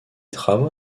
travaux